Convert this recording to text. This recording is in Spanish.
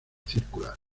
circular